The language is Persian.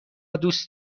دوست